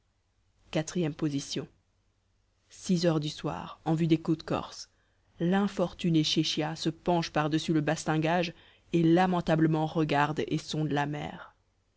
quatrième position six heures du soir en vue des côtes corses l'infortunée chéchia se penche par-dessus le bastingage et lamentablement regarde et sonde la mer